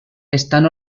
estan